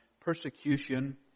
persecution